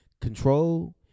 control